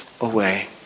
away